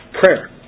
Prayer